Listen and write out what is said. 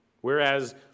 Whereas